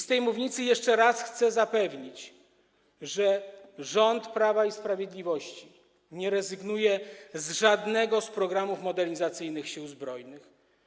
Z tej mównicy jeszcze raz chcę zapewnić, że rząd Prawa i Sprawiedliwości nie rezygnuje z żadnego z programów modernizacyjnych Sił Zbrojnych.